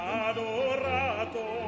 adorato